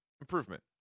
Improvement